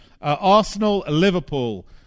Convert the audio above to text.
Arsenal-Liverpool